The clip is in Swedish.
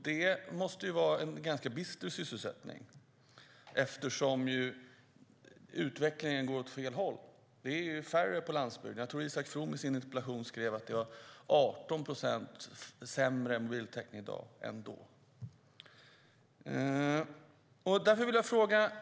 Det måste vara en ganska bister sysselsättning, eftersom utvecklingen går åt fel håll. Det är färre på landsbygden som har täckning. Jag tror att Isak From skrev i sin interpellation att det är 18 procent som har sämre mobiltäckning i dag än tidigare.